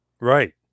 Right